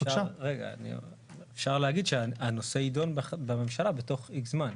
אפשר להגיד שהנושא ידון בממשלה תוך X זמן.